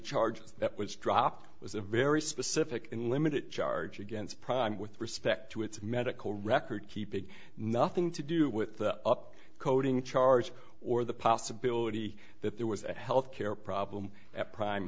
charges that was dropped was a very specific and limited charge against crime with respect to its medical record keeping nothing to do with the up coding charge or the possibility that there was a health care problem at prime